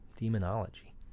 Demonology